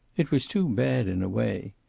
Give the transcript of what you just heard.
it was too bad, in a way.